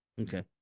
Okay